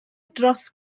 dros